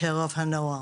בקרב הנוער,